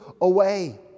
away